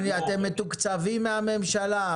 אתם מתוקצבים מהממשלה?